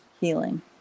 healing